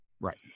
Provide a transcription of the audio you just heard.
Right